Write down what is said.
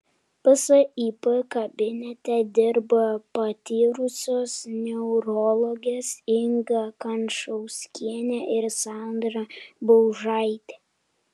psip kabinete dirba patyrusios neurologės inga kančauskienė ir sandra baužaitė